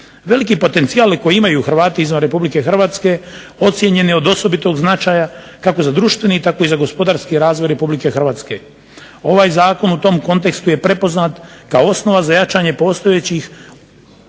Veliki potencijal koji imaju Hrvati izvan RH ocijenjen je od osobitog značaja kako za društveni tako i za gospodarski razvoj RH. Ovaj zakon u tom kontekstu je prepoznat kao osnova za jačanje postojećih,